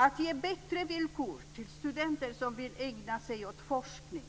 Att ge bättre villkor till studenter som vill ägna sig åt forskning